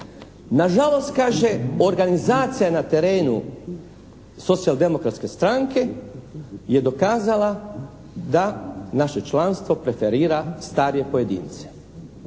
"Nažalost", kaže, "organizacija na terenu Socijaldemokratske stranke je dokazala da naše članstvo preferira starije pojedince".